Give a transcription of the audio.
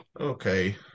Okay